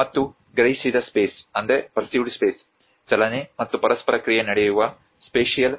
ಮತ್ತು ಗ್ರಹಿಸಿದ ಸ್ಪೇಸ್ ಚಲನೆ ಮತ್ತು ಪರಸ್ಪರ ಕ್ರಿಯೆ ನಡೆಯುವ ಸ್ಪೇಷಿಯಲ್